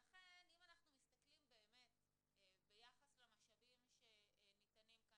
לכן אם אנחנו מסתכלים באמת ביחס למשאבים שניתנים כאן,